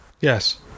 Yes